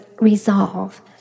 resolve